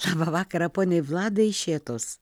labą vakarą poniai vladai iš šėtos